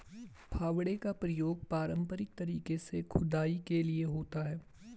फावड़े का प्रयोग पारंपरिक तरीके से खुदाई के लिए होता है